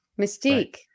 Mystique